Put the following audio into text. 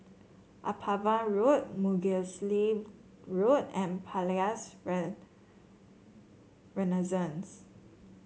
Upavon Road Mugliston Road and Palais Renaissance